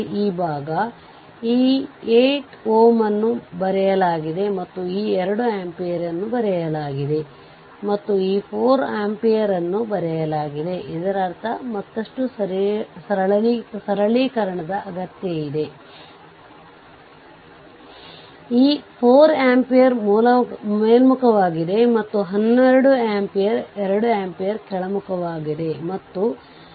ಆಗ ಸ್ವತಂತ್ರ ಮೂಲಗಳನ್ನು ಮಾತ್ರ ಆಫ್ ಮಾಡಲಾಗುತ್ತದೆ ಆದರೆ ಅವಲಂಬಿತ ಮೂಲಗಳಿಗೆ ನೀವು ಈ ತಂತ್ರವನ್ನು ಸೇರಿಸಬೇಕಾಗುತ್ತದೆ ಸರ್ಕ್ಯೂಟ್ ವಿಷಯಗಳು ಅವಲಂಬಿತ ಮೂಲಗಳು ಅವಲಂಬಿತ ವೋಲ್ಟೇಜ್ ಅಥವಾ ಅವಲಂಬಿತ ಪ್ರಸ್ತುತ ಮೂಲಗಳಾಗಿದ್ದರೆ ಸರ್ಕ್ಯೂಟ್ ಅವಲಂಬಿತ ಮೂಲಗಳನ್ನು ಹೊಂದಿದ್ದರೆ RThevenin ನಕಾರಾತ್ಮಕ ಮೌಲ್ಯವನ್ನು ಹೊಂದಿರಬಹುದು